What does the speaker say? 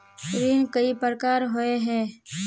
ऋण कई प्रकार होए है?